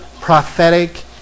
prophetic